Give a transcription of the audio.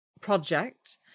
project